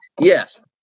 yes